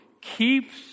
keeps